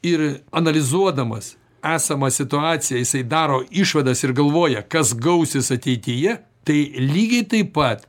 ir analizuodamas esamą situaciją jisai daro išvadas ir galvoja kas gausis ateityje tai lygiai taip pat